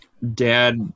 dad